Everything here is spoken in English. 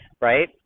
right